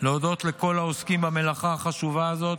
להודות לכל העוסקים במלאכה החשובה הזאת,